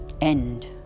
end